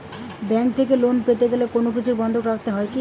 Bank থেকে loan পেতে গেলে কোনো কিছু বন্ধক রাখতে হয় কি?